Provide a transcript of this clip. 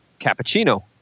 Cappuccino